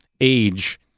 age